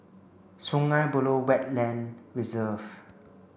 Sungei Buloh Wetland Reserve